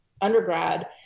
undergrad